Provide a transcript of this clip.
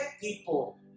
people